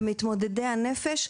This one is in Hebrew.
במתמודדי הנפש,